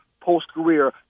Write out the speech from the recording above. post-career